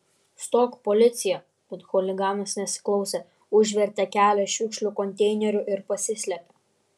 stok policija bet chuliganas nesiklausė užvertė kelią šiukšlių konteineriu ir pasislėpė